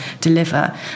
deliver